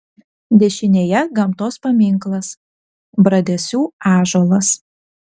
dešinėje gamtos paminklas bradesių ąžuolas